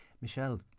Michelle